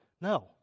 No